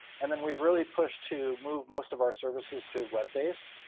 and then we've really pushed to move most of our services to web-based,